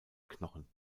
knochen